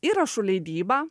įrašų leidyba